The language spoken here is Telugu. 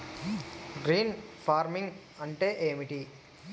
గ్రీన్ ఫార్మింగ్ అంటే ఏమిటి?